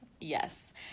yes